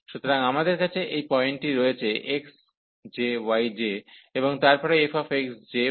সুতরাং আমাদের কাছে এই পয়েন্টটি রয়েছে xj yj এবং তারপরে fxj yj